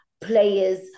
players